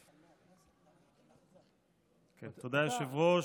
תודה, היושב-ראש.